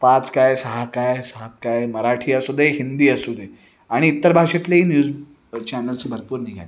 पाच काय सहा काय सहा काय मराठी असू दे हिंदी असू दे आणि इतर भाषेतलेही न्यूज चॅनल्स भरपूर निघाले आहेत